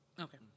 Okay